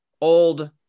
old